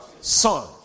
son